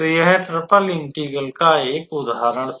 तो यह triple integral का एक उदाहरण था